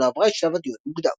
ולא עברה את שלב הדיון המוקדם.